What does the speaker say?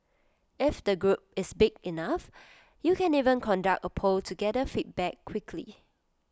if the group is big enough you can even conduct A poll to gather feedback quickly